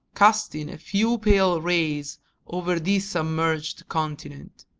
casting a few pale rays over this submerged continent.